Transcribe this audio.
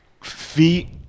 feet